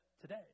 today